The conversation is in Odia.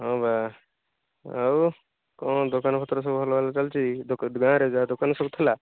ହଁ ବା ଆଉ କ'ଣ ଦୋକାନପତ୍ର ସବୁ ଭଲ ଭଲ ଚାଲିଛି ଗାଁ'ରେ ଯାହା ଦୋକାନ ସବୁ ଥିଲା